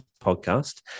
podcast